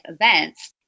events